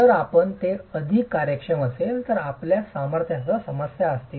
जर आपण ते अधिक कार्यक्षम केले तर आपल्यास सामर्थ्यासह समस्या असतील